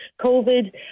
COVID